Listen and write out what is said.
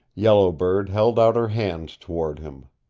yellow bird held out her hands toward him.